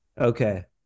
okay